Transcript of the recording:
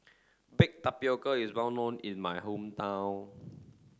Baked Tapioca is well known in my hometown